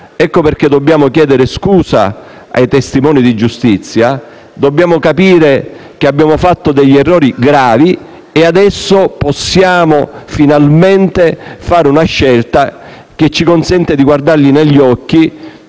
Per questo dobbiamo chiedere scusa ai testimoni di giustizia. Dobbiamo capire che abbiamo fatto degli errori gravi e che adesso possiamo finalmente compiere una scelta che ci consenta di guardarli negli occhi,